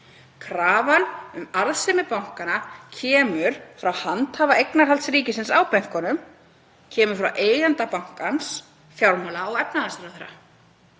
Krafan um arðsemi bankanna kemur frá handhafa eignarhalds ríkisins á bönkunum, kemur frá eiganda bankans, fjármála- og efnahagsráðherra.